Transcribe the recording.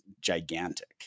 gigantic